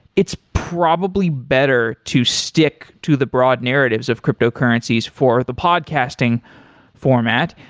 it's probably better to stick to the broad narratives of cryptocurrencies for the podcasting format.